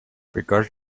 because